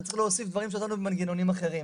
צריך להוסיף דברים שנתנו במנגנונים אחרים,